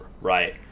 right